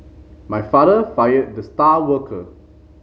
my father fired the star worker